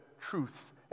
truth